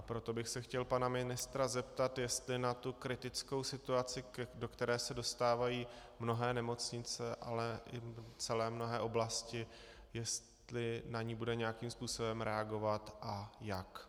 Proto bych se chtěl pana ministra zeptat, jestli na tu kritickou situaci, do které se dostávají mnohé nemocnice, ale i celé mnohé oblasti, jestli na ni bude nějakým způsobem reagovat a jak.